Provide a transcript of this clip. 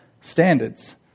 standards